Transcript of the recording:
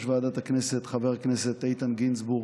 ועדת הכנסת חבר הכנסת איתן גינזבורג,